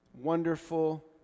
wonderful